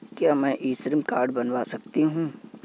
क्या मैं श्रम कार्ड बनवा सकती हूँ?